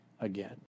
again